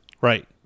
Right